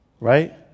Right